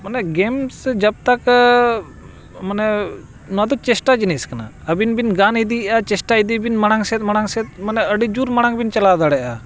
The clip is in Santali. ᱢᱟᱱᱮ ᱜᱮᱢᱥ ᱡᱟᱵᱽᱛᱚᱠ ᱢᱟᱱᱮ ᱱᱚᱣᱟ ᱫᱚ ᱪᱮᱥᱴᱟ ᱡᱤᱱᱤᱥ ᱠᱟᱱᱟ ᱟᱹᱵᱤᱱ ᱵᱤᱱ ᱜᱟᱱ ᱤᱫᱤᱭᱮᱜᱼᱟ ᱪᱮᱥᱴᱟ ᱤᱫᱤ ᱵᱤᱱ ᱢᱟᱲᱟᱝ ᱥᱮᱫ ᱢᱟᱲᱟᱝ ᱥᱮᱫ ᱢᱟᱱᱮ ᱟᱹᱰᱤ ᱡᱳᱨ ᱢᱟᱲᱟᱝ ᱵᱤᱱ ᱪᱟᱞᱟᱣ ᱫᱟᱲᱮᱭᱟᱜᱼᱟ